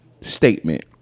statement